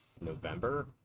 November